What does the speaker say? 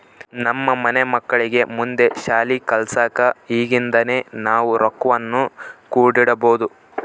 ನಮ್ಮ ಮನೆ ಮಕ್ಕಳಿಗೆ ಮುಂದೆ ಶಾಲಿ ಕಲ್ಸಕ ಈಗಿಂದನೇ ನಾವು ರೊಕ್ವನ್ನು ಕೂಡಿಡಬೋದು